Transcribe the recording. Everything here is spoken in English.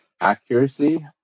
accuracy